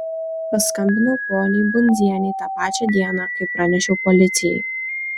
paskambinau poniai bundzienei tą pačią dieną kai pranešiau policijai